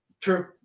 true